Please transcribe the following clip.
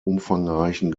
umfangreichen